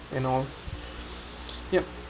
you know yup